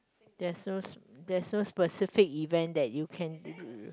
there's those there's those specific event that you can